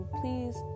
please